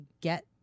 get